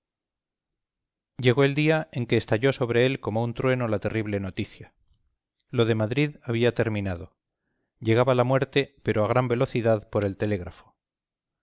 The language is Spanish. llegó el día en que estalló sobre él como un trueno la terrible noticia lo de madrid había terminado llegaba la muerte pero a gran velocidad por el telégrafo